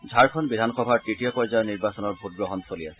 ঝাৰখণ্ড বিধানসভাৰ তৃতীয় পৰ্যায়ৰ নিৰ্বাচনৰ ভোটগ্ৰহণ চলি আছে